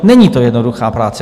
Není to jednoduchá práce.